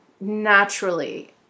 naturally